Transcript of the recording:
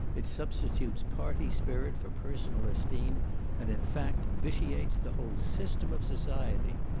it substitutes party spirit for personal esteem and, in fact, vitiates the whole system of society.